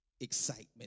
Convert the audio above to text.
excitement